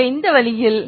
எனவே இந்த வழியில்